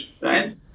right